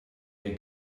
der